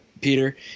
Peter